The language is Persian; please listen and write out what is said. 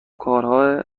کارهای